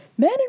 men